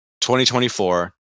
2024